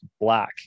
black